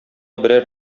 берәр